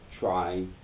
Try